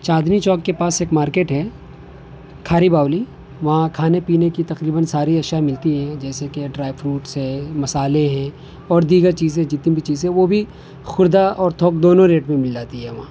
چاندنی چوک کے پاس ایک مارکیٹ ہے کھاری باؤلی وہاں کھانے پینے کی تقریباً ساری اشیا ملتی ہیں جیسے کہ ڈرائی فروٹس ہیں مسالے ہیں اور دیگر چیزیں جتنی بھی چیزیں وہ بھی خوردہ اور تھوک دونوں ریٹ میں مل جاتی ہیں وہاں